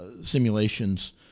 simulations